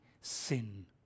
sin